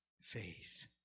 faith